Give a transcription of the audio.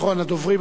אחרון הדוברים,